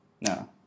No